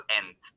end